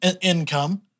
income